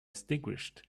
extinguished